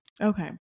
Okay